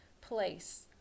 place